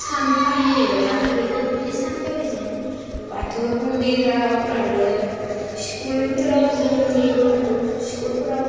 सानखालियो आरो बेखौ बे सानखालिजों बाथौ मन्दिराव आरो स्कुलफोराव जोंनि बाथौ स्कुलफ्राव